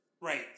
Right